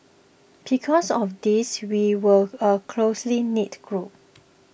because of this we were a closely knit group